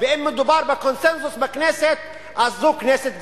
ואם מדובר בקונסנזוס בכנסת, אז זו כנסת גזענית.